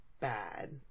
bad